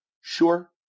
sure